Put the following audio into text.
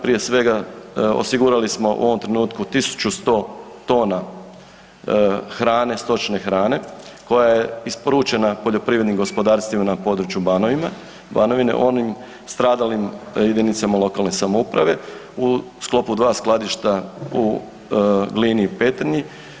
Prije svega, osigurali smo u ovom trenutku 1100 tona hrane, stočne hrane koja je isporučena poljoprivrednim gospodarstvima na području Banovine, onim stradalim jedinicama lokalne samouprave u sklopu 2 skladišta u Glini i Petrinji.